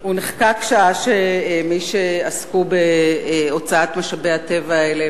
הוא נחקק שעה שמי שעסקו בהוצאת משאבי הטבע האלה